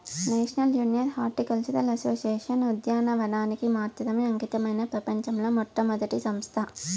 national junior horticultural association ఉద్యానవనానికి మాత్రమే అంకితమైన ప్రపంచంలో మొట్టమొదటి సంస్థ